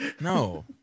No